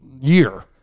year